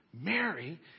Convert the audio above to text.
Mary